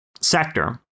sector